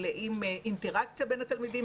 מלאים אינטראקציה בין התלמידים,